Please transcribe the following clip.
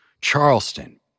Charleston